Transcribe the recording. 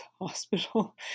hospital